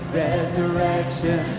resurrection